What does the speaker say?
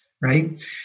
right